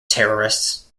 terrorists